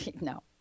No